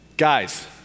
Guys